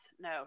No